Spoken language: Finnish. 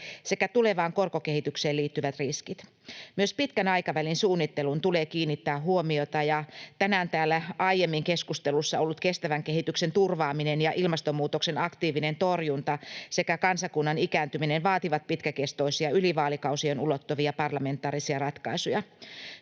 sekä tulevaan korkokehitykseen liittyvät riskit. Myös pitkän aikavälin suunnitteluun tulee kiinnittää huomiota, ja tänään täällä aiemmin keskustelussa ollut kestävän kehityksen turvaaminen ja ilmastonmuutoksen aktiivinen torjunta sekä kansakunnan ikääntyminen vaativat pitkäkestoisia, yli vaalikausien ulottuvia parlamentaarisia ratkaisuja.